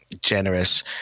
generous